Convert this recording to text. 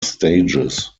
stages